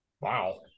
Wow